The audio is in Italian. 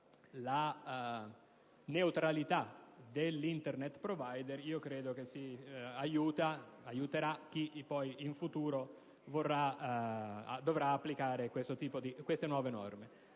la neutralità dell'Internet *provider*, credo si aiuterebbe chi in futuro dovrà applicare queste nuove norme.